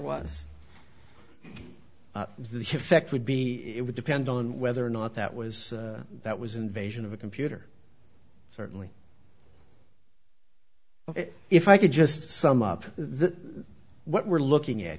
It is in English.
effect would be it would depend on whether or not that was that was invasion of a computer certainly if i could just sum up the what we're looking at